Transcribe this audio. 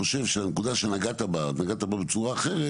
אני חושב שהנקודה שנגעת בה בצורה אחרת